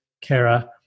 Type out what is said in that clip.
Kara